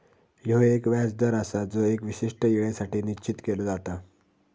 ह्यो एक व्याज दर आसा जो एका विशिष्ट येळेसाठी निश्चित केलो जाता